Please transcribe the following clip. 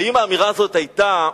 האם האמירה הזאת היתה: